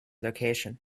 location